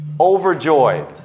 Overjoyed